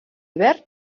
hivern